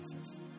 Jesus